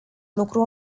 lucru